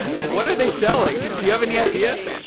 what are they selling? do you have any idea?